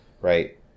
right